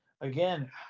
again